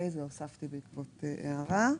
לפני שנעבור להקראה,